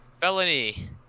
Felony